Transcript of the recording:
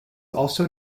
also